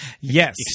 Yes